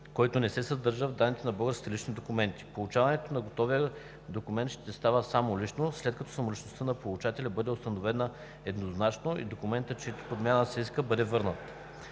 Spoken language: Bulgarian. който не се съдържа в данните на българските лични документи. Получаването на готовия документ ще става само лично, след като самоличността на получателя бъде установена еднозначно и документът, чиято подмяна се иска, бъде върнат.